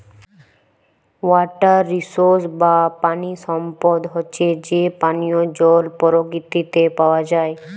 water resources বা পানি সম্পদ হচ্যে যে পানিয় জল পরকিতিতে পাওয়া যায়